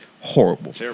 horrible